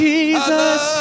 Jesus